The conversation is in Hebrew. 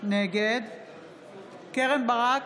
נגד קרן ברק,